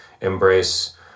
embrace